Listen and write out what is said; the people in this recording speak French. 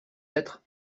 être